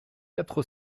quatre